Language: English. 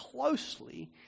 closely